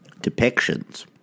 depictions